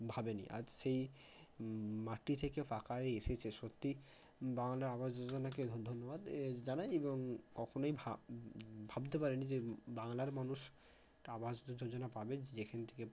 ভাবেনি আজ সেই মাটি থেকে পাকার যে এসেছে সত্যি বাংলার আবাস যোজনাকে ধন্যবাদ এ জানাই এবং কখনোই ভাবতে পারিনি যে বাংলার মানুষ একটা আবাস যোজনা পাবে যেখান থেকে